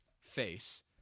face